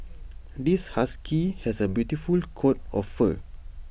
this husky has A beautiful coat of fur